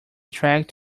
track